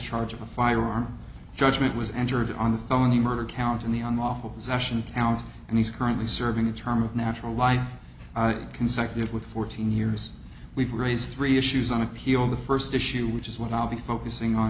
discharge of a firearm judgment was entered on the felony murder count in the unlawful possession out and he's currently serving a term of natural life consecutive with fourteen years we've raised three issues on appeal the first issue which is what i'll be focusing on